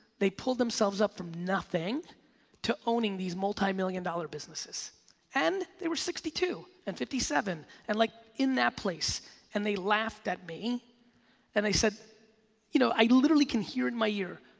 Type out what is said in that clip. they pulled themselves up from nothing to owning these multi million dollar businesses and they were sixty two and fifty seven and like in that place and they laughed at me and they said you know i literally can hear it in my ear.